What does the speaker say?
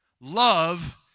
love